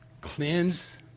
Cleanse